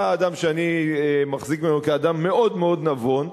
אתה אדם שאני מחזיק ממנו כאדם מאוד מאוד נבון,